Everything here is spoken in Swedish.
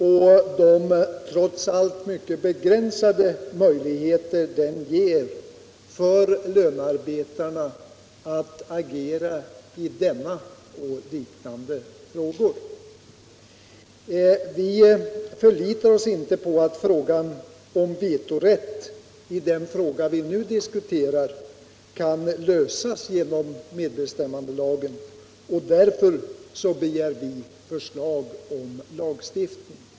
Den ger trots allt bara begränsade möjligheter för lönarbetarna att agera i denna och liknande frågor. Vi förlitar oss således inte på att frågan om vetorätt i det ärende vi nu diskuterar kan lösas genom medbestämmandelagen, och vi begär därför särskild lagstiftning.